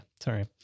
sorry